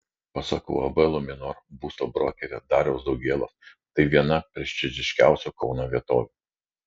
pasak uab luminor būsto brokerio dariaus daugėlos tai viena prestižiškiausių kauno vietovių